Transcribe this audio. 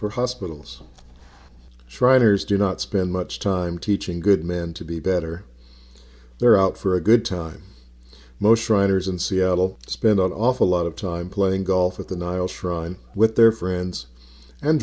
for hospitals shriners do not spend much time teaching good men to be better they're out for a good time most writers in seattle spend an awful lot of time playing golf at the nile shrine with their friends and